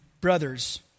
brothers